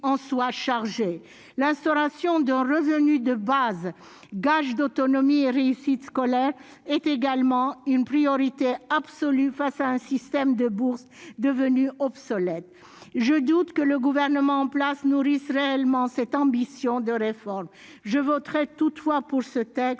L'instauration d'un revenu de base, gage d'autonomie et de réussite scolaire, est également une priorité absolue face à un système de bourses devenu obsolète. Je doute que le gouvernement en place nourrisse réellement cette ambition de réforme. Je voterai toutefois pour ce texte,